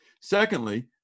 Secondly